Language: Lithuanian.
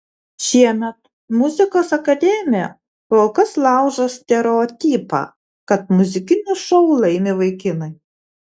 šiemet muzikos akademija kol kas laužo stereotipą kad muzikinius šou laimi vaikinai